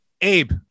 Abe